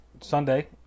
Sunday